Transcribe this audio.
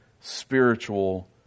spiritual